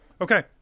Okay